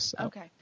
Okay